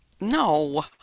No